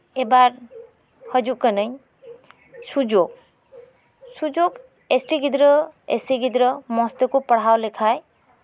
ᱮᱹᱵᱟᱨ ᱦᱤᱡᱩᱜ ᱠᱟᱹᱱᱟᱹᱧ ᱥᱩᱡᱳᱜᱽ ᱥᱩᱡᱳᱜᱽ ᱮᱥᱴᱤ ᱜᱤᱫᱽᱨᱟᱹ ᱮᱥᱥᱤ ᱜᱤᱫᱽᱨᱟᱹ ᱢᱚᱡᱽ ᱛᱮᱠᱚ ᱯᱟᱲᱦᱟᱣ ᱞᱮᱠᱷᱟᱱ